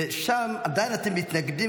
ושם עדיין אתם מתנגדים,